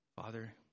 Father